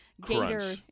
gator